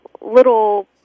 little